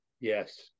Yes